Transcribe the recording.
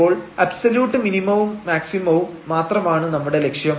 ഇപ്പോൾ അബ്സല്യൂട്ട് മിനിമവും മാക്സിമവും മാത്രമാണ് നമ്മുടെ ലക്ഷ്യം